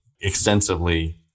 extensively